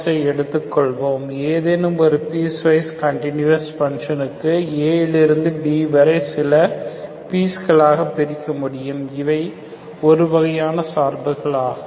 ஐ எடுத்துக்கொள்வோம் ஏதேனும் ஒரு பீஸ் வைஸ் கண்டினுயஸ் பங்ஷனுக்கு a லிருந்து b வரை சில பீஸ்கல் ஆக பிரிக்க முடியும் இவை இந்த வகையான சார்புகள் ஆகும்